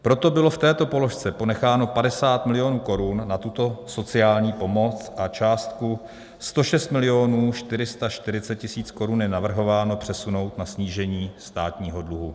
Proto bylo v této položce ponecháno 50 milionů korun na tuto sociální pomoc a částku 106 milionů 440 tisíc korun je navrhováno přesunout na snížení státního dluhu.